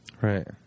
Right